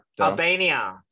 Albania